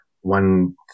one